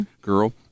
girl